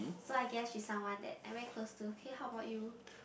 so I guess she is someone that I'm very close to hey how about you